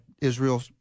Israel